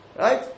Right